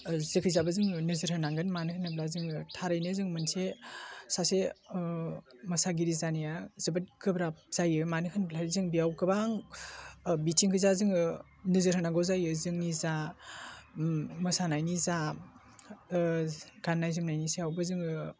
जेखिजाया जोङो नोजोर होनांगोन मानो होनोब्ला जोङो थारैनो जों मोनसे सासे मोसागिरि जानाया जोबोद गोब्राब जायो मानो होनब्लाथाय जों बेयाव गोबां बिथिं गोजा जोङो नोजोर होनांगौ जायो जोंनि जा मोसानायनि जा गान्नाय जोमन्नायनि सायावबो जोङो